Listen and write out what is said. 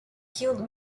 kill